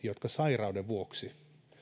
jotka sairauden vuoksi